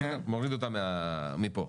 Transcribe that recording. מוריד אותה מפה,